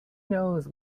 knows